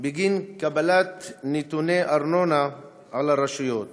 בגין קבלת נתוני ארנונה על הרשויות,